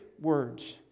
words